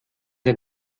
der